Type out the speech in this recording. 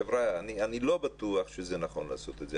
חבריה, אני לא בטוח שזה נכון לעשות את זה.